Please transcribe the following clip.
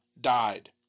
died